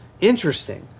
interesting